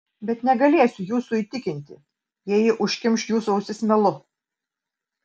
bet negalėsiu jūsų įtikinti jei ji užkimš jūsų ausis melu